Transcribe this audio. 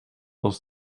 als